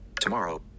Tomorrow